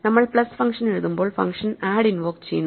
നമ്മൾ plus function എഴുതുമ്പോൾ function add invoke ചെയ്യുന്നു